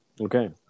Okay